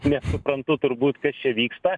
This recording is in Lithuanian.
nesuprantu turbūt kas čia vyksta